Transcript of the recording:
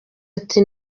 ati